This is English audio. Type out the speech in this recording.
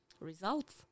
results